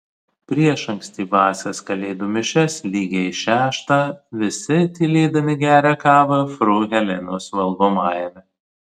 prieš ankstyvąsias kalėdų mišias lygiai šeštą visi tylėdami geria kavą fru helenos valgomajame